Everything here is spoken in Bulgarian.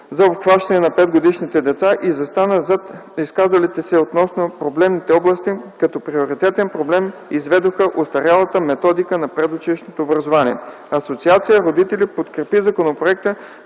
за обхващане на 5-годишните деца и застана зад изказалите се относно проблемните области, като приоритетен проблем изведоха остарялата методика на предучилищното образование. Асоциация „Родители” подкрепи законопроекта,